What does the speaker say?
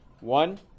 One